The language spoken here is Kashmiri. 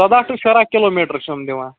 ژۄداہ ٹُو شُراہ کِلوٗ میٖٹر چھِ یِم دِوان